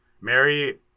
Mary